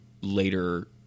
later